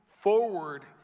forward